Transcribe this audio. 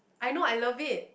I know I love it